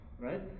right